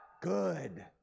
Good